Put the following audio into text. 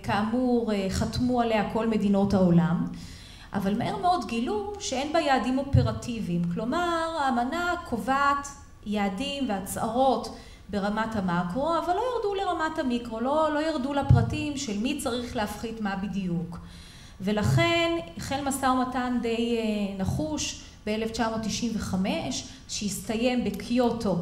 וכאמור חתמו עליה כל מדינות העולם, אבל מהר מאוד גילו שאין בה יעדים אופרטיביים. כלומר, האמנה קובעת יעדים והצהרות ברמת המאקרו, אבל לא ירדו לרמת המיקרו, לא ירדו לפרטים של מי צריך להפחית מה בדיוק. ולכן, החל מסע ומתן די נחוש ב-1995 שהסתיים בקיוטו